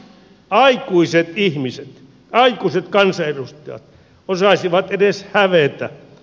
aikuiset ihmiset aikuiset kansanedustajat osaisivat edes hävetä